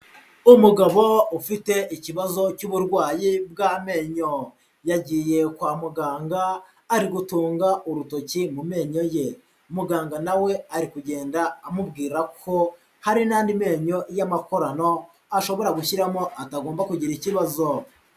Umugabo ufite ikibazo cy'uburwayi bw'amenyo, yagiye kwa muganga ari gutunga urutoki mu menyo ye, muganga nawe we ari kugenda amubwira ko hari n'andi menyo y'amakorano ashobora gushyiramo atagomba kugira ikibazo.